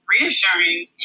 reassuring